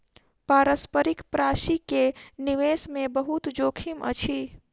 पारस्परिक प्राशि के निवेश मे बहुत जोखिम अछि